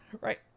Right